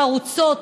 חרוצות,